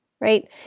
Right